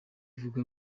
avuga